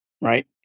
Right